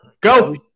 Go